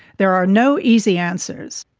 there are no easy answers,